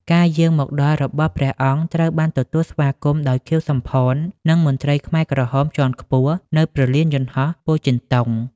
ការយាងមកដល់របស់ព្រះអង្គ ត្រូវបានទទួលស្វាគមន៍ដោយ ខៀវ សំផន និងមន្ត្រីខ្មែរក្រហមជាន់ខ្ពស់នៅព្រលានយន្តហោះពោធិ៍ចិនតុង។